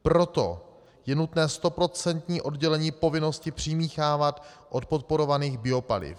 Proto je nutné stoprocentní oddělení povinnosti přimíchávat od podporovaných biopaliv.